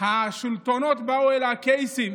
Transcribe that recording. השלטונות באו אל הקייסים